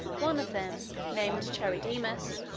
one of them, named charidemus,